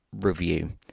Review